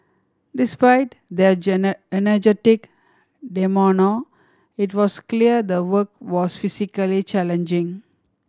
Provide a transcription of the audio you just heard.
despite their energetic it was clear the work was physically challenging